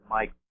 Mike